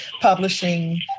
publishing